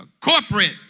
Corporate